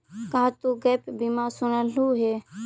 का तु गैप बीमा सुनलहुं हे?